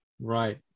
Right